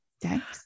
Thanks